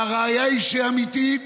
והראיה שהיא אמיתית,